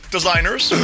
Designers